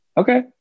okay